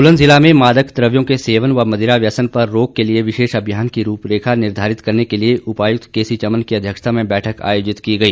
सोलन जिला में मादक द्रव्यों के सेवन व मदिरा व्यसन पर रोक के लिए विशेष अभियान की रूपरेखा निर्धारित करने के लिए कल उपायुक्त केसी चमन की अध्यक्षता में बैठक आयोजित की गई